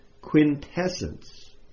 quintessence